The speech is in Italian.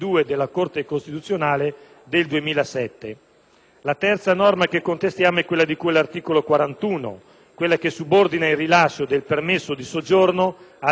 La terza norma che contestiamo è quella di cui all'articolo 41, che subordina il rilascio del permesso di soggiorno alla stipula di una sorta di accordo di integrazione